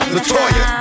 Latoya